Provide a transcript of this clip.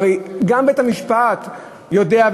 הרי גם בית-המשפט יודע,